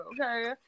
okay